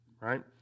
Right